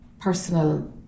personal